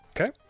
Okay